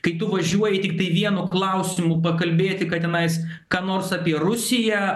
kai tu važiuoji tiktai vienu klausimu pakalbėti kad tenais ką nors apie rusiją